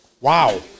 Wow